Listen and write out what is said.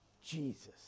Jesus